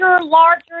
larger